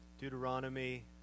Deuteronomy